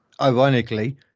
ironically